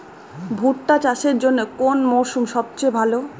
ভুট্টা চাষের জন্যে কোন মরশুম সবচেয়ে ভালো?